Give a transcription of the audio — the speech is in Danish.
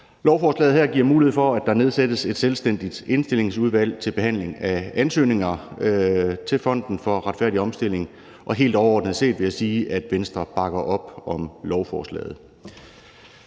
Lovforslaget her giver mulighed for, at der nedsættes et selvstændigt indstillingsudvalg til behandling af ansøgninger til Fonden for Retfærdig Omstilling. Og helt overordnet set vil jeg sige, at Venstre bakker op om lovforslaget.